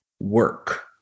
work